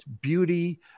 beauty